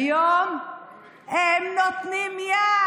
אורלי, והיום הם נותנים יד.